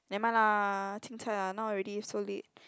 never mind lah chin-cai lah now already so late